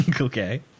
Okay